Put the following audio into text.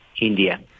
India